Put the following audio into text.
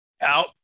Out